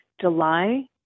July